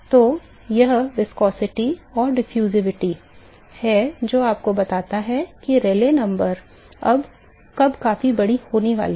तो यह चिपचिपापन और प्रसार है जो आपको बताता है कि रेले संख्या कब काफी बड़ी होने वाली है